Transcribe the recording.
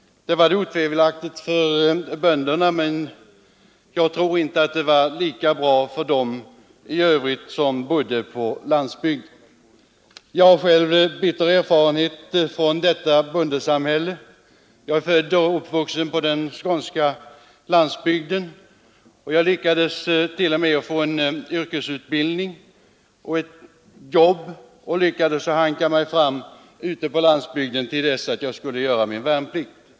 Det var det otvivelaktigt för bönderna, men jag tror inte det var lika bra för de övriga människor som bodde på landsbygden. Jag har själv bitter erfarenhet från detta bondesamhälle. Jag är född och uppvuxen på den skånska landsbygden. Jag lyckades t.o.m. få en yrkesutbildning och ett jobb och hankade mig fram ute på landsbygden tills dess jag skulle göra min värnplikt.